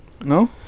No